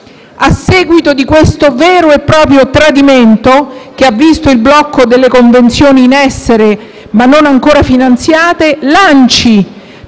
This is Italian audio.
A seguito di questo vero e proprio tradimento che ha visto il blocco delle convenzioni in essere ma non ancora finanziate,